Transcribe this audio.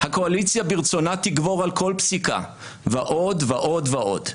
הקואליציה ברצונה תגבור על כל פסיקה ועוד ועוד ועוד.